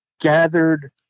gathered